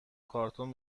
کارتون